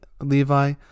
Levi